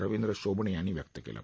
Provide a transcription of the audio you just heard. रविंद्र शोभणे यांनी व्यक्त केलं